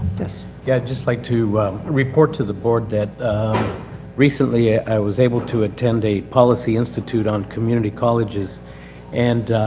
this. yeah. i'd just like to report to the board that recently i was able to attend a policy institute on community colleges and